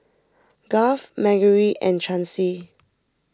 Garth Margery and Chancey